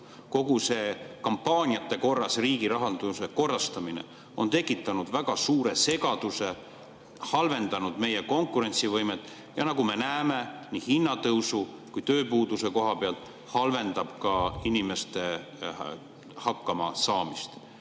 Kogu see kampaaniate korras riigirahanduse korrastamine on tekitanud väga suure segaduse, see on halvendanud meie konkurentsivõimet, ja nagu me näeme nii hinnatõusu kui ka tööpuuduse koha pealt, see halvendab ka inimeste hakkamasaamist.